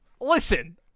listen